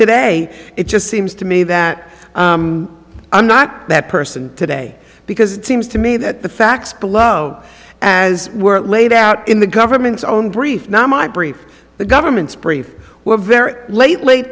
today it just seems to me that i'm not that person today because it seems to me that the facts belove as were laid out in the government's own brief not my brief the government's brief we're very late late